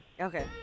Okay